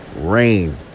rain